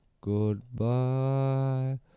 Goodbye